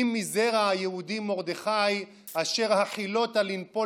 "אם מזרע היהודים מרדכי אשר החלות לנפל